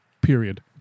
period